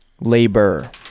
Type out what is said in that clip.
Labor